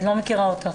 באמת שלא מכירה אותך,